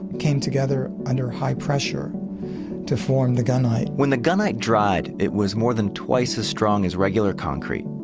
came together under high pressure to form the gunite when the gunite dried, it was more than twice as strong as regular concrete.